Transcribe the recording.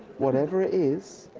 whatever it is,